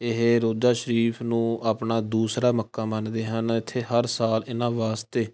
ਇਹ ਰੋਜ਼ਾ ਸ਼ਰੀਫ ਨੂੰ ਆਪਣਾ ਦੂਸਰਾ ਮੱਕਾ ਮੰਨਦੇ ਹਨ ਇੱਥੇ ਹਰ ਸਾਲ ਇਹਨਾਂ ਵਾਸਤੇ